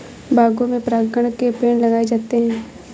बागों में परागकण के पेड़ लगाए जाते हैं